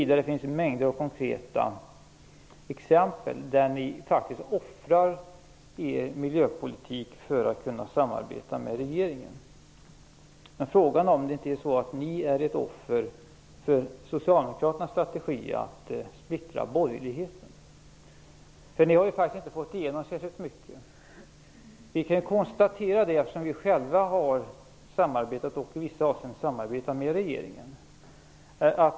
Det finns mängder av konkreta exempel där ni faktiskt offrar er miljöpolitik för att kunna samarbeta med regeringen. Men frågan är om ni inte är ett offer för socialdemokraternas strategi att splittra borgerligheten. Ni har ju faktiskt inte fått igenom särskilt mycket. Vi kan konstatera det eftersom vi själva har samarbetat, och i vissa avseenden samarbetar med regeringen.